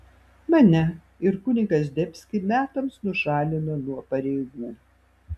mane ir kunigą zdebskį metams nušalino nuo pareigų